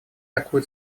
такую